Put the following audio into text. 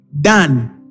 done